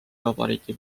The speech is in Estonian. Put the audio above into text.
vabariigi